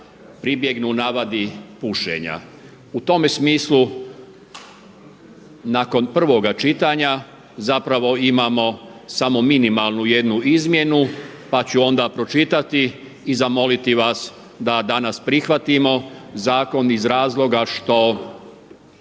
pribjegnu navadi pušenja. U tome smislu nakon prvoga čitanja zapravo imamo samo minimalnu jednu izmjenu pa ću onda pročitati i zamoliti vas da danas prihvatimo zakon iz razloga što